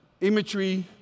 imagery